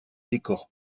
décors